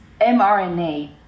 mRNA